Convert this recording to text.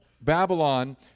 Babylon